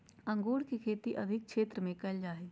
अंगूर के खेती अधिक क्षेत्र में कइल जा हइ